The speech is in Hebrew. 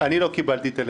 אני לא קיבלתי טלפון.